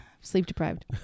sleep-deprived